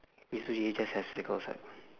it's just have stick outside